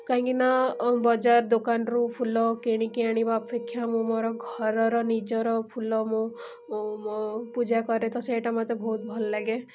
କାହିଁକିନା ବଜାର ଦୋକାନରୁ ଫୁଲ କିଣିକି ଆଣିବା ଅପେକ୍ଷା ମୁଁ ମୋର ଘରର ନିଜର ଫୁଲ ମୁଁ ଓ ମୁଁ ପୂଜା କରେ ତ ସେଇଟା ମୋତେ ବହୁତ ଭଲ ଲାଗେ